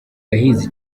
yahize